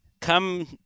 come